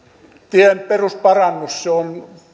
tien perusparannus se on